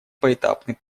поэтапный